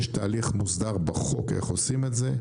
יש תהליך מוסדר בחוק איך עושים את זה,